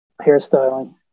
hairstyling